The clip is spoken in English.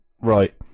right